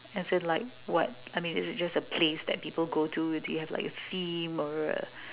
as in like what I mean is it just a place that people go to or do you have a theme or a